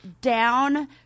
down